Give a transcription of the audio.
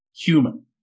human